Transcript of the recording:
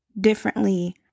differently